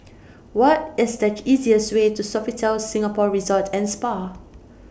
What IS The easiest Way to Sofitel Singapore Resort and Spa